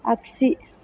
आगसि